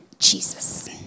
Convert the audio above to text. Jesus